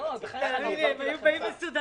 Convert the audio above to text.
תאמין לי, הם היו מסודרים.